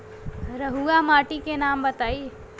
रहुआ माटी के नाम बताई?